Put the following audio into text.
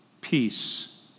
peace